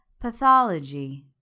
Pathology